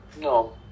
no